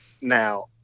Now